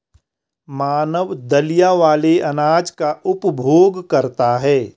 मानव दलिया वाले अनाज का उपभोग करता है